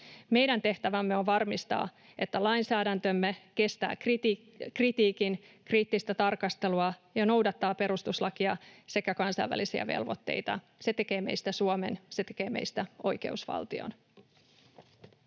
Meidän tehtävämme on varmistaa, että lainsäädäntömme kestää kritiikin, kriittistä tarkastelua ja noudattaa perustuslakia sekä kansainvälisiä velvoitteita. Se tekee meistä Suomen. Se tekee meistä oikeusvaltion.